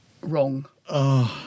wrong